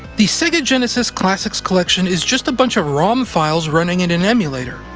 the sega genesis classics collection is just a bunch of rom files running in an emulator,